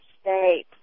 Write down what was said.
state